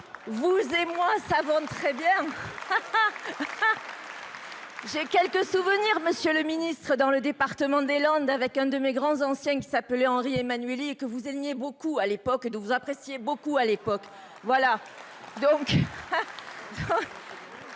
Vous et moi savons très bien. J'ai quelques souvenirs. Monsieur le Ministre, dans le département des Landes avec un de mes grands anciens qui s'appelait Henri Emmanuelli et que vous aimiez beaucoup à l'époque et dont vous appréciez beaucoup à l'époque. Voilà. Fallait